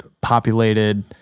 populated